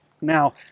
Now